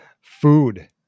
food